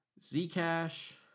Zcash